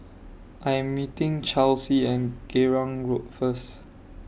I Am meeting Chelsie and Geylang Road First